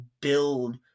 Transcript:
build